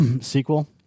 sequel